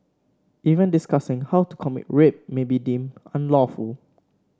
even discussing how to commit rape may be deemed unlawful